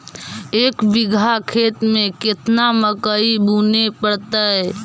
एक बिघा खेत में केतना मकई बुने पड़तै?